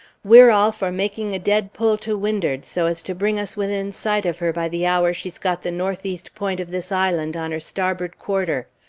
we're all for making a dead pull to wind'ard, so as to bring us within sight of her by the hour she's got the north-east point of this island on her starboard quarter.